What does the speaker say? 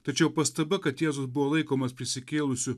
tačiau pastaba kad jėzus buvo laikomas prisikėlusiu